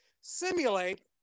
simulate